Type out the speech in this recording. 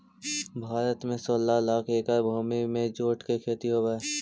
भारत में सोलह लाख एकड़ भूमि में जूट के खेती होवऽ हइ